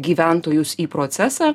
gyventojus į procesą